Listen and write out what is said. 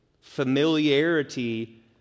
Familiarity